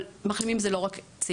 אבל מחלימים זה לא רק צעירים.